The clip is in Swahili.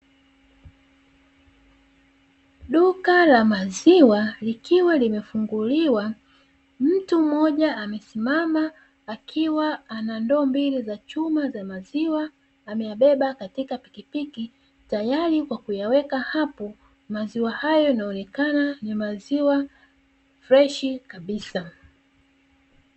Duka la maziwa likiwa limefunguliwa, mtu mmoja amesimama akiwa anandoo mbili za chuma za maziwa ameyabeba katika pikipiki tayari kwa kuyaweka hapo maziwa hayo inaonekana ni maziwa freshi kabisa.